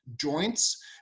joints